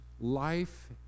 life